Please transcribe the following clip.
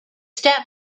step